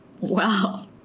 Wow